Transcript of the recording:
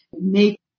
make